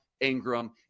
Ingram